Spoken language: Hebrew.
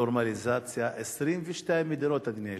לנורמליזציה, 22 מדינות, אדוני היושב-ראש.